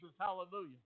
hallelujah